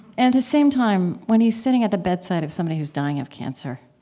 and the same time, when he's sitting at the bedside of somebody who's dying of cancer,